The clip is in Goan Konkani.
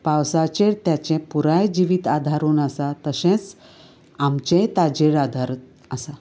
पावसाचेर तेचें पुराय जिवीत आदारून आसा तशेंच आमचेंय ताजेर आदारून आसा